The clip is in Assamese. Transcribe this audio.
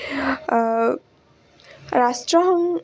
ৰাষ্ট্ৰসং